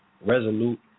resolute